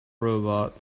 robot